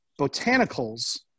botanicals